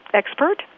expert